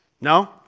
no